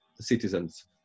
citizens